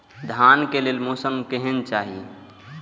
धान के लेल मौसम केहन चाहि?